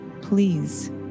please